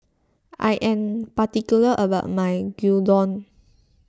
I am particular about my Gyudon